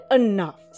enough